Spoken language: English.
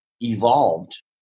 evolved